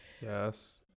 yes